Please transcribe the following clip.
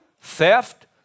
theft